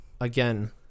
again